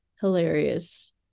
hilarious